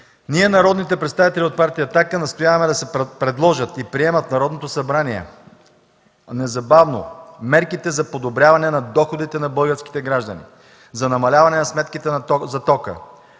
„Ние, народните представители от Партия „Атака” настояваме да се предложат и приемат от Народното събрание незабавно мерките за подобряване на доходите на българските граждани, за намаляване на сметките за тока,